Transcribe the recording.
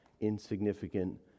insignificant